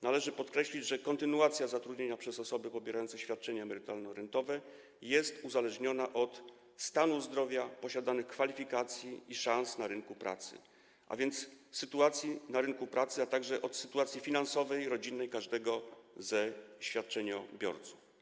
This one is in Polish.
Należy podkreślić, że kontynuacja zatrudnienia przez osoby pobierające świadczenia emerytalno-rentowe jest uzależniona od stanu zdrowia, posiadanych kwalifikacji i szans na rynku pracy, a więc sytuacji na rynku pracy, a także od sytuacji finansowej rodziny każdego ze świadczeniobiorców.